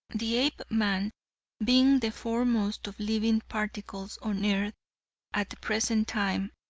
the apeman being the foremost of living particles on earth at the present time,